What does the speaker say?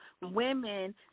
women